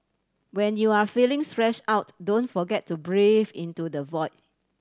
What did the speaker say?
when you are feeling stress out don't forget to breathe into the void